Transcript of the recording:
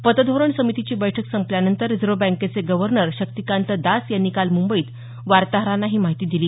पतधोरण समितीची बैठक संपल्यानंतर रिझर्व्ह बँकेचे गव्हर्नर शक्तिकांत दास यांनी काल मुंबईत वार्ताहरांना ही माहिती दिली